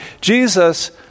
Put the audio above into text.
Jesus